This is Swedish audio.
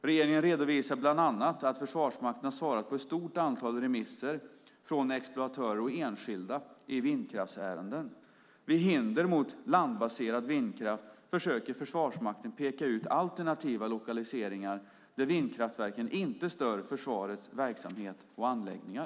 Regeringen redovisar bland annat att Försvarsmakten har svarat på ett stort antal remisser från exploatörer och enskilda i vindkraftsärenden. Vid hinder mot landbaserad vindkraft försöker Försvarsmakten peka ut alternativa lokaliseringar där vindkraftverken inte stör försvarets verksamhet eller anläggningar.